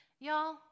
y'all